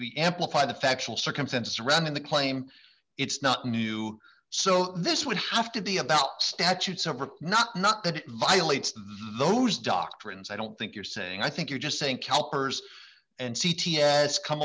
employ the factual circumstances surrounding the claim it's not new so this would have to be about statutes or not not that violates those doctrines i don't think you're saying i think you're just saying cowper's and c t s come